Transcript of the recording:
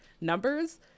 numbers